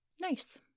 nice